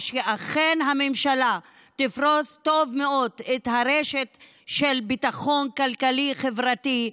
שאכן הממשלה תפרוס טוב מאוד רשת של ביטחון כלכלי-חברתי,